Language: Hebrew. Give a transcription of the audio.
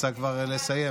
רוצה כבר לסיים.